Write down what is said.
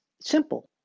simple